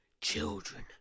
children